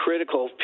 Critical